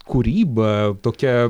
kūryba tokia